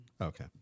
Okay